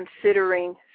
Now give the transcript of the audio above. considering